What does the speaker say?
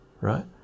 right